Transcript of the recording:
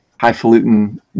highfalutin